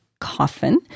coffin